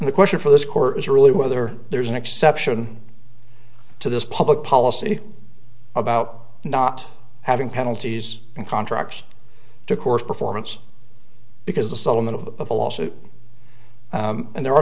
only question for this court is really whether there's an exception to this public policy about not having penalties and contracts to court performance because the settlement of a lawsuit and there are